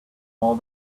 all